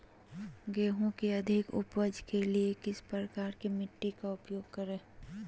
गेंहू की अधिक उपज के लिए किस प्रकार की मिट्टी का उपयोग करे?